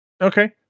Okay